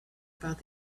about